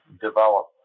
develop